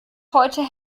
heute